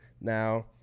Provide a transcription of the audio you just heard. now